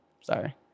Sorry